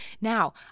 Now